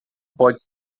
pode